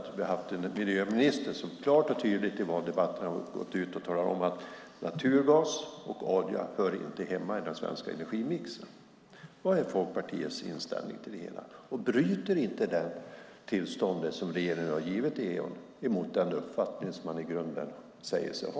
Miljöministern har klart och tydligt i valrörelsen talat om att naturgas och olja inte hör hemma i den svenska energimixen. Vad är Folkpartiets inställning? Bryter inte det tillstånd som regeringen har givit Eon mot den uppfattning man säger sig ha?